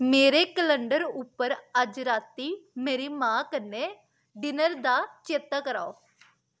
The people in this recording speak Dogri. मेरे कलैंडर उप्पर अज्ज रातीं मेरी मां कन्नै डिनर दा चेत्ता कराओ